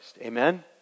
Amen